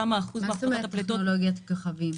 מה זאת אומרת טכנולוגיית כוכבים?